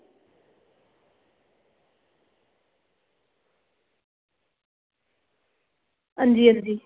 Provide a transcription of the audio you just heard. अंजी अंजी